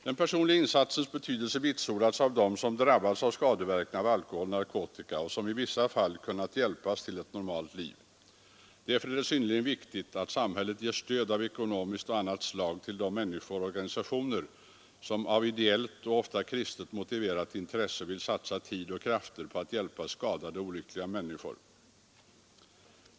Den personliga insatsens betydelse vitsordas av dem som drabbas av skadeverkningarna av alkohol och narkotika och som i vissa fall kunnat hjälpas till ett normalt liv. Därför är det synnerligen viktigt att samhället ger stöd av ekonomiskt och annat slag till de människor och organisationer som av ideellt och ofta kristet motiverat intresse vill satsa tid och krafter på att hjälpa skadade och olyckliga människor.